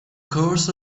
course